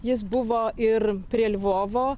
jis buvo ir prie lvovo